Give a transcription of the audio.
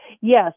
Yes